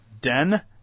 Den